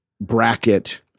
bracket